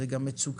זה גם מצוקה,